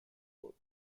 both